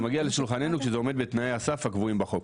זה מגיע לשולחננו כשזה עומד בתנאי הסף הקבועים בחוק.